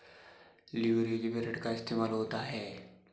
leverage में ऋण का इस्तेमाल होता है